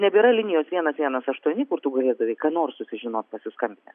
nebėra linijos vienas vienas aštuoni kur tu galėdavai ką nors susižinot pasiskambinęs